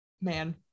man